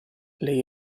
lei